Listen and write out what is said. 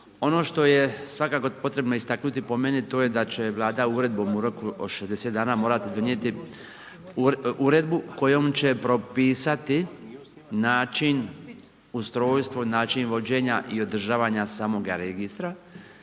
Ono što je svakako potrebno istaknuti po meni to je da će Vlada uredbom u roku od 60 dana morati donijeti uredbu kojom će propisati način, ustrojstvo i način vođenja i održavanja samoga registra